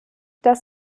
dass